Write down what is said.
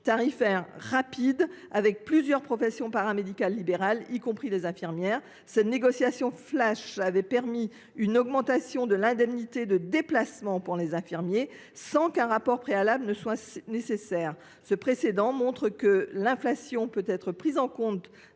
tarifaires rapides avec plusieurs professions paramédicales libérales, y compris les infirmiers ; cette négociation flash avait permis une augmentation de l’indemnité de déplacement pour ces derniers, sans qu’un rapport préalable fût nécessaire. Ce précédent démontre que l’inflation peut être prise en compte